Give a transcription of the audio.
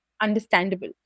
understandable